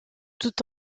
tout